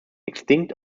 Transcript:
extinct